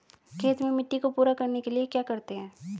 खेत में मिट्टी को पूरा करने के लिए क्या करते हैं?